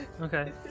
Okay